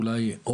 אולי,